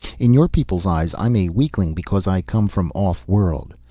in your people's eyes i'm a weakling because i come from off-world.